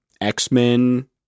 X-Men